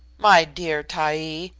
my dear taee,